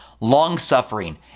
long-suffering